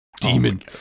Demon